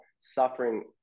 suffering